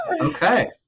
okay